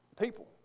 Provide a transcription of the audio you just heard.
people